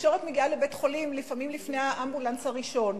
התקשורת מגיעה לבית-חולים לפעמים לפני האמבולנס הראשון,